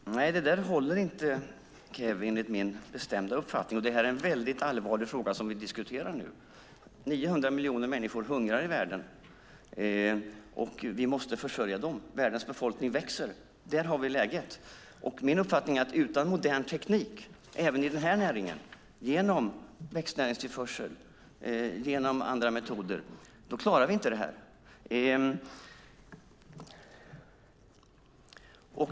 Herr talman! Nej, det håller inte, Kew, enligt min bestämda uppfattning. Det är en väldigt allvarlig fråga som vi nu diskuterar. Det är 900 miljoner människor som hungrar i världen. Vi måste försörja dem. Världens befolkning växer. Där har vi läget. Min uppfattning är att utan modern teknik även i denna näring genom växtnäringstillförsel och andra metoder klarar vi inte detta.